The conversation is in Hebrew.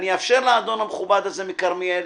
אאפשר לאדון המכובד מכרמיאל.